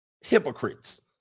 hypocrites